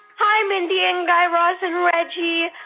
hi, mindy and guy raz and reggie.